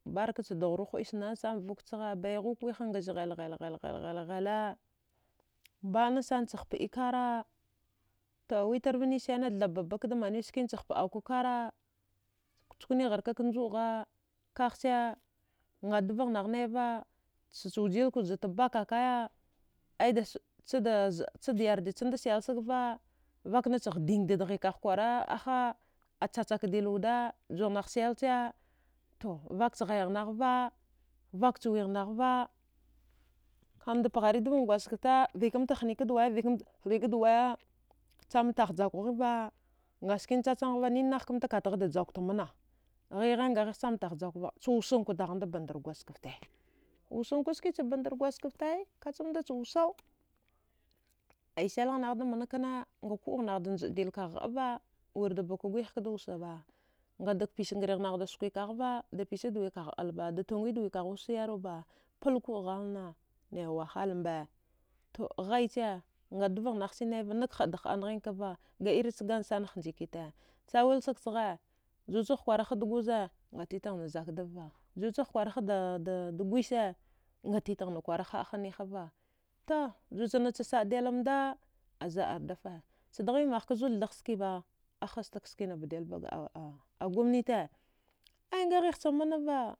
Barkach dughruwa həiskwanansan vukchagha baighuwa kwiha ngazleghelghel ghela baə nasanacha hpəe kara to wutarva nisane thabamba kda kdamanwe skinacha hpaəako kara chkwigharkak njuəgha kaghche nga dvagh naghnaiva chujilka wujat bakakaya aya cha chadazəa chad yardachannada selsagva vaknacha ghdigdadadghi ka kwara aha achachakdil wuda jughnagh selcha to vakchghayagh naghva vachwighnaghva kamda pghari dvan gwadjgafte vikamta hnikad waya vikamta hnikad waya chama tahjakwaghva mgasskina chachamaghva nahkamta katghada jaukta managhigha ngaghigh chama tagh jakwva wusankwa daghanda bandar gwadjgafte wusakwaskacha bandar gwaghgafte kachamdacha wusau ai salaghnaghda mana kna nga kuɗaghnaghda njaədilka ghdava wirda baka gwih kdausaba ngadag pisbgrighnaghda skwikava dapisadwigha ɓalba datungwidwikagh wusa yarwaba palkuə ghalna naiwahalmba to ghaiche nga dvaghnaghchi naiva nak haəda hda zghinkava ga irch gansana hnjikita sawilsag chagha jichagh kwakwara had guza mgatitaghna zakdafva jichagh kwara hada gwise nga titaghna kwara hava to juchnacha sa. a delamda aza. ardafa dghidamaghka zud thaghskiba ahastakskina badelban a gomnite aya ngaghighcha mannava